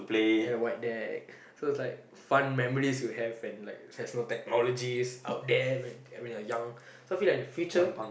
at the void deck so it's like fun memories you have and like there's no technologies out there when you're young so I feel like in the future